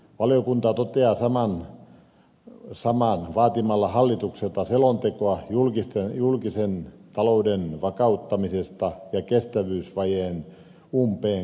valiokunta toteaa saman vaatimalla hallitukselta selontekoa julkisen talouden vakauttamisesta ja kestävyysvajeen umpeen kuromisesta